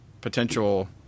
potential